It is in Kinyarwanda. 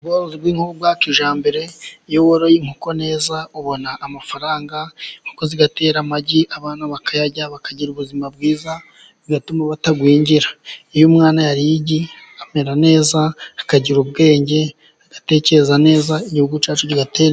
Umworozi bw'inkoko bwa kijyambere. Iyo woroye inkoko neza ,ubona amafaranga . Zitera amagi abantu bakayarya, bakagira ubuzima bwiza bigatuma batagwingira . Iyo umwana yariye igi amera neza, akagira ubwenge agatekereza neza, igihugu cyacu kigatera...